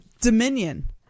Dominion